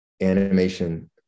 animation